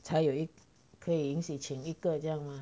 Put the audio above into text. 才有一可以允许请一个这样吗